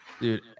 Dude